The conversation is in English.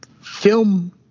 film